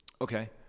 Okay